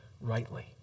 rightly